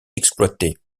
exploité